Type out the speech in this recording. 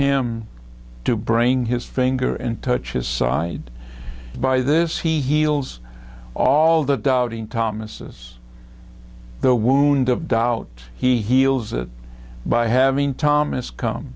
him to bring his finger and touch his side by this he heals all the doubting thomases the wound of doll he heals it by having thomas come